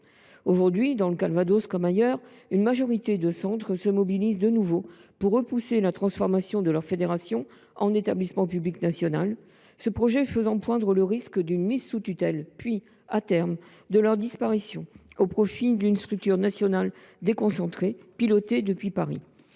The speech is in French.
Aujourd’hui, dans le Calvados comme ailleurs, une majorité de CDG se mobilisent de nouveau pour repousser la transformation de leur fédération en établissement public national, ce projet faisant poindre le risque d’une mise sous tutelle, puis, à terme, de leur disparition au profit d’une structure nationale déconcentrée, pilotée depuis Paris.